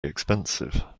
expensive